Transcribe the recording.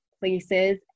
places